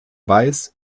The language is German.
weiß